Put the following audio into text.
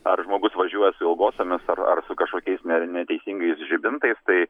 ar žmogus važiuoja su ilgosiomis ar ar su kažkokiais ne neteisingais žibintais tai